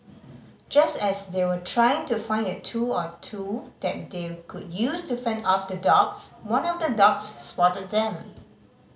just as they were trying to find a tool or two that they could use to fend off the dogs one of the dogs spotted them